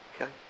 Okay